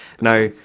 Now